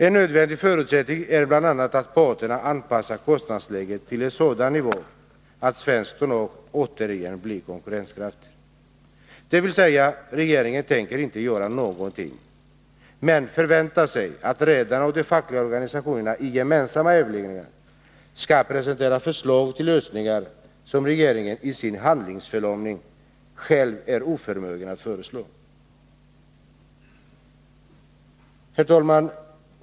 En nödvändig förutsättning är bl.a. att parterna anpassar kostnadsläget till en sådan nivå att svenskt tonnage återigen blir konkurrenskraftigt. Dvs.: regeringen tänker inte göra någonting men förväntar sig att redarna och de fackliga organisationerna i gemensamma överläggningar skall presentera förslag till lösningar som regeringen i sin handlingsförlamning själv är oförmögen att föreslå. Herr talman!